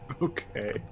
okay